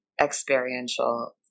experiential